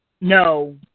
No